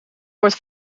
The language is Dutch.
wordt